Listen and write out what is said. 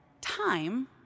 time